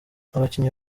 abakinnyi